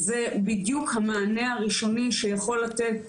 זה בדיוק המענה הראשוני שיכול לתת